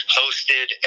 hosted